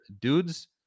dudes